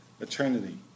eternity